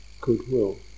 goodwill